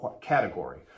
category